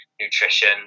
nutrition